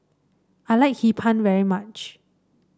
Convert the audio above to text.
I like Hee Pan very much